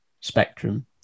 spectrum